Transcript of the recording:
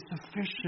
sufficient